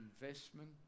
investment